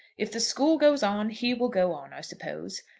if the school goes on, he will go on, i suppose.